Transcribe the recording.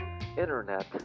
internet